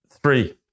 Three